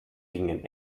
gingen